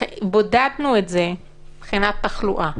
בודדנו אותו מבחינת תחלואה,